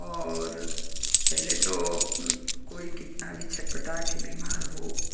और पहले तो कोई कितना भी छटपटा के बीमार हो